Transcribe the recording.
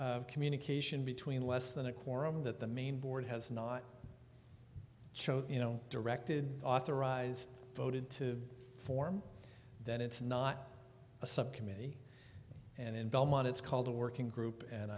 spontaneous communication between less than a quorum that the main board has not cho you know directed authorized voted to form that it's not a subcommittee and in belmont it's called the working group and